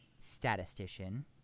statistician